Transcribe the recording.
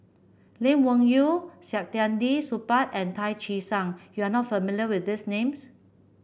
Lee Wung Yew Saktiandi Supaat and Tan Che Sang you are not familiar with these names